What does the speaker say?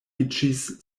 iĝis